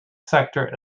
sector